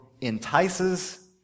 entices